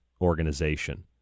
organization